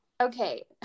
okay